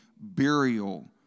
burial